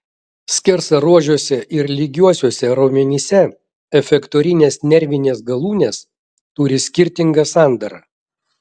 skersaruožiuose ir lygiuosiuose raumenyse efektorinės nervinės galūnės turi skirtingą sandarą